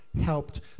helped